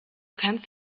kannst